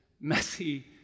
messy